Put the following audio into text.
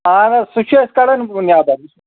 اَہَن حظ سُہ چھِ أسۍ کَڈان نیٚبر